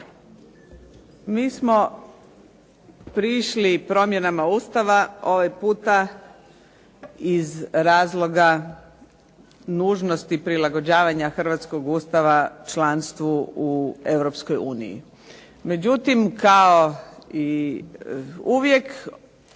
mi smo prišli promjenama Ustava ovaj puta iz razloga nužnosti prilagođavanja hrvatskog Ustava članstvu u Europskoj uniji. Međutim kao i uvijek